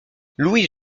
louis